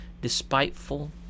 despiteful